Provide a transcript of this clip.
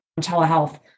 telehealth